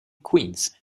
queens